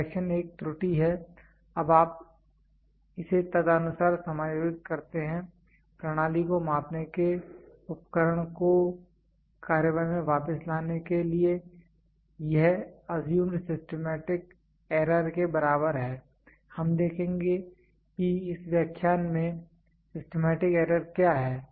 correction एक त्रुटि है अब आप इसे तदनुसार समायोजित करते हैं प्रणाली को मापने के उपकरण को कार्रवाई में वापस लाने के लिए यह अजयूमड सिस्टमैटिक एरर के बराबर है हम देखेंगे कि इस व्याख्यान में सिस्टमैटिक एरर क्या है